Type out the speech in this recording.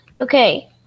Okay